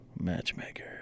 matchmaker